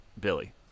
Billy